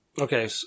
Okay